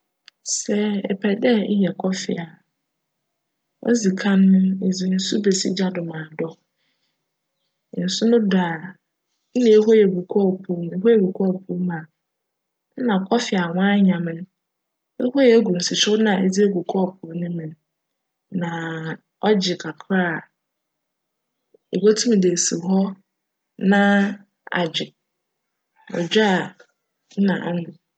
Sj epj dj eyj "coffee" a, odzi kan edze nsu besi gya do ma adc. Nsu no dc a nna ehue egu kccpow mu. Ehue gu kccpow mu a, nna "coffee" a wcanyam no ehue egu nsuhyew na edze egu kccpow mu. Na cgye kakra a, ibotum dze esi hc na adwe, cdwe a nna anom.